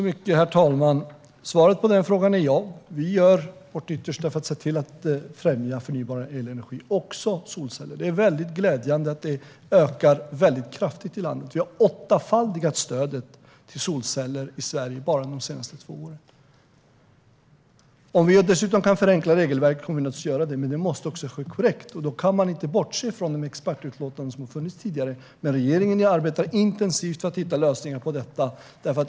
Herr talman! Svaret på den frågan är ja. Vi gör vårt yttersta för att främja förnybar elenergi, också solceller. Det är glädjande att dessa ökar kraftigt i landet. Vi har åttafaldigat stödet till solceller i Sverige under de senaste två åren. Om vi dessutom kan förenkla regelverket kommer vi givetvis att göra det, men det måste ske korrekt. Då kan man inte bortse från de expertutlåtanden som har funnits tidigare. Regeringen arbetar intensivt för att hitta lösningar på detta.